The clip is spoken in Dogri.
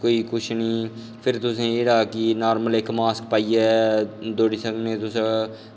कोई कुछ निं फिर तुसें जेह्ड़ा कि इक नार्मल मास्क पाइयै दौड़ी सकने तुस